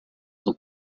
son